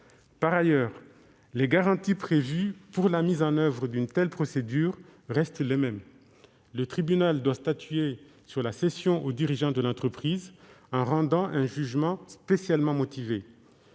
Par ailleurs, les garanties prévues pour la mise en oeuvre d'une telle procédure restent les mêmes : le tribunal doit statuer sur la cession aux dirigeants de l'entreprise en rendant un jugement spécialement motivé,